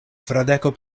fradeko